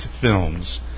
films